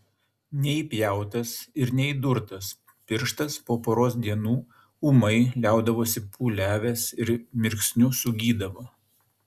neįpjautas ir neįdurtas pirštas po poros dienų ūmai liaudavosi pūliavęs ir mirksniu sugydavo